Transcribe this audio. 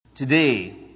Today